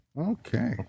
Okay